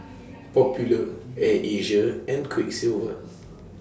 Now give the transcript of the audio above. Popular Air Asia and Quiksilver